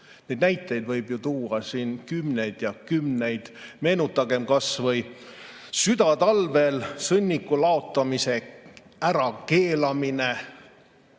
Neid näiteid võib tuua kümneid ja kümneid. Meenutagem kas või südatalvel sõnniku laotamise ärakeelamist.